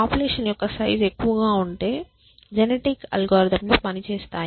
population యొక్క size ఎక్కువగా ఉంటే జెనెటిక్ అల్గోరిథం లు పని చేస్తాయి